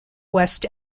west